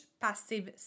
passive